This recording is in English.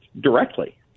directly